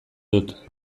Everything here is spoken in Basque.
dut